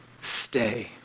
stay